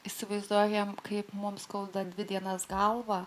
įsivaizduojame kaip mums skauda dvi dienas galvą